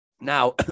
now